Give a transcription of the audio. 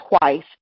twice